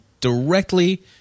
directly